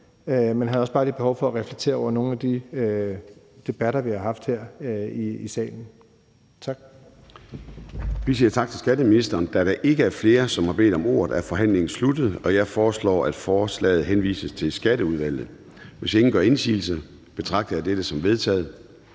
men jeg havde også bare lige behov for at reflektere over nogle af de debatter, vi har haft her i salen. Tak. Kl. 17:07 Formanden (Søren Gade): Vi siger tak til skatteministeren. Da der ikke er flere, som har bedt om ordet, er forhandlingen sluttet Jeg foreslår, at forslaget til folketingsbeslutning henvises til Skatteudvalget. Hvis ingen gør indsigelse, betragter jeg dette som vedtaget.